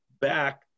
back